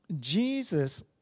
Jesus